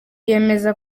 yemeza